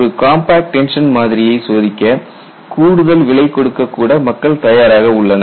ஒரு compact tension மாதிரியை சோதிக்க கூடுதல் விலை கொடுக்க கூட மக்கள் தயாராக உள்ளனர்